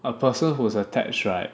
a person whose attached right